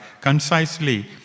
concisely